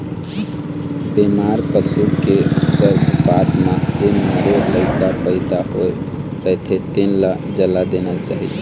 बेमार पसू के गरभपात म जेन मरे लइका पइदा होए रहिथे तेन ल जला देना चाही